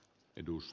edu s